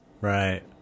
Right